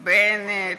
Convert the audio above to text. בנט,